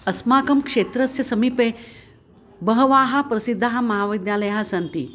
अस्माकं क्षेत्रस्य समीपे बहवाः प्रसिद्धाः महाविद्यालयाः सन्ति